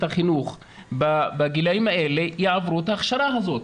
החינוך בגילאים האלה יעברו את ההכשרה הזאת,